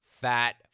fat